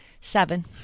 Seven